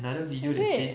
is it